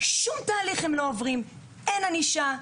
הם לא עוברים איזשהו תהליך, אין ענישה.